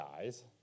dies